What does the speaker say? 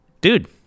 Dude